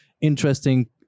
interesting